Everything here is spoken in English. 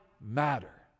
matter